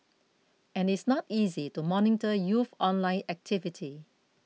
and it's not easy to monitor youth online activity